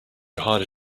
harder